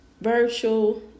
virtual